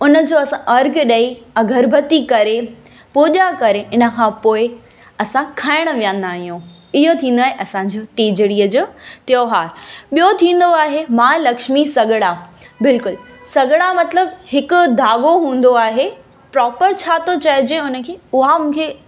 उन जो असां अर्गु ॾेई अगरबती करे पूॼा करे इन खां पोइ असां खाइण विहंदा आहियूं इहो थींदो आहे असांजो टीजड़ीअ जो त्योहारु ॿियो थींदो आहे महालक्ष्मी सॻिड़ा बिल्कुलु सॻिड़ा मतिलबु हिकु धाॻो हूंदो आहे प्रोपर छा थो चइजे उन खे उहा मूंखे